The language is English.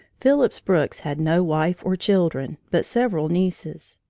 phillips brooks had no wife or children but several nieces.